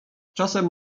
czasem